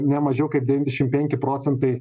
ne mažiau kaip devyndešim penki procentai